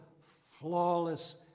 flawless